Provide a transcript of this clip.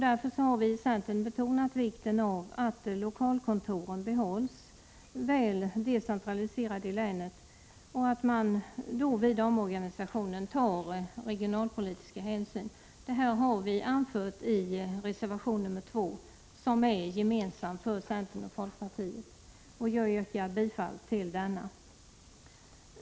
Därför har vi i centern betonat vikten av att lokalkontoren behålls väl decentraliserade i länet och att man vid omorganisationen tar regionalpolitiska hänsyn. Detta har vi anfört i reservation nr 2, som är gemensam för centern och folkpartiet. Jag yrkar bifall till denna.